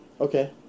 Okay